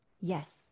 Yes